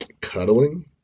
cuddling